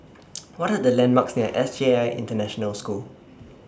What Are The landmarks near S J I International School